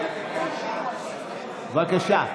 בבקשה.